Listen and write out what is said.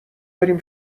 بریم